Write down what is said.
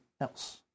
else